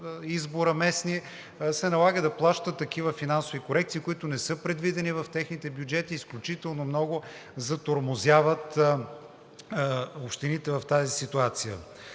избора, се налага да плащат такива финансови корекции, които не са предвидени в техните бюджети и изключително много затормозяват общините в тази ситуация.